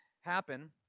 happen